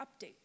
updates